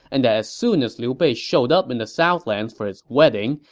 and that as soon as liu bei showed up in the southlands for his wedding,